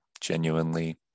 genuinely